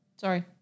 Sorry